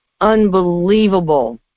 unbelievable